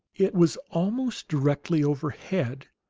it was almost directly overhead,